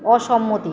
অসম্মতি